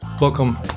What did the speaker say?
Welcome